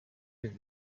with